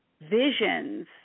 visions